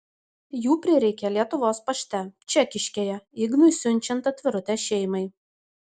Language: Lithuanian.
jų prireikė lietuvos pašte čekiškėje ignui siunčiant atvirutę šeimai